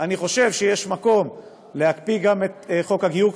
אני חושב שיש מקום להקפיא גם את חוק הגיור,